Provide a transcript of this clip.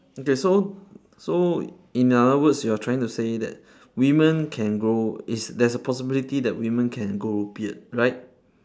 okay so so in other words you are trying to say that women can grow it's there's a possibility that women can grow beard right